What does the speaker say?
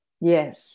Yes